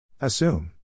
Assume